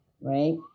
right